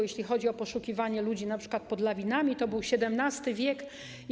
Jeśli chodzi o poszukiwanie ludzi np. pod lawinami, to był to XVII w.